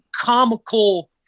comical